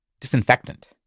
Disinfectant